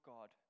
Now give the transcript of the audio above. God